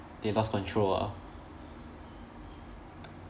they lost control ah